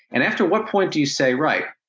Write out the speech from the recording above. and after what point do you say, right,